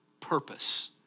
purpose